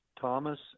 Thomas